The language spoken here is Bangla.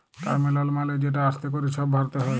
টার্ম লল মালে যেট আস্তে ক্যরে ছব ভরতে হ্যয়